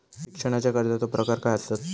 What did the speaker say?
शिक्षणाच्या कर्जाचो प्रकार काय आसत?